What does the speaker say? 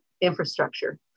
infrastructure